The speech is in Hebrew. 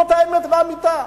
זאת האמת לאמיתה,